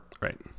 Right